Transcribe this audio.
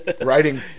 Writing